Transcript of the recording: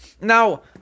Now